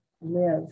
live